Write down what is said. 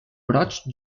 brots